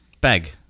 Bag